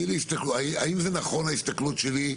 האם זה נכון ההסתכלות שלי,